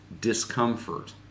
discomfort